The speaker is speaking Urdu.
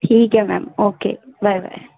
ٹھیک ہے میم اوکے بائے بائے